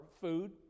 Food